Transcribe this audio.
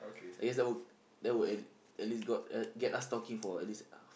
I guess that will that will at at least got uh get us talking for at least uh